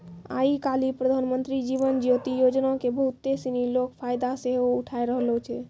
आइ काल्हि प्रधानमन्त्री जीवन ज्योति योजना के बहुते सिनी लोक फायदा सेहो उठाय रहलो छै